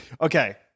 Okay